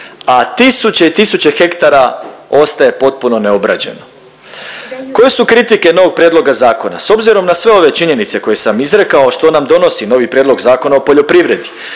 a tisuće i tisuće hektara ostaje potpuno neobrađeno. Koje su kritike novog prijedloga zakona? S obzirom na sve ove činjenice koje sam izrekao što nam donosi novi Prijedlog zakona o poljoprivredi.